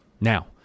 Now